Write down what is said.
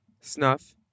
Snuff